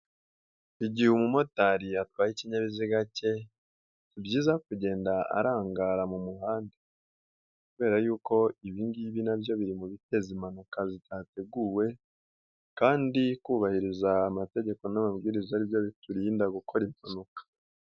Igihe umumotari atwaye ikinyabiziga ke si byiza kugenda arangara mu muhanda kubera yuko ibi ngibi na byo biri mu biteza impanuka zitateguwe kandi kubahiriza amategeko n'amabwiriza ari byo biturinda gukora impanuka.